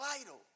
vital